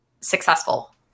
successful